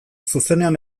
zuzenean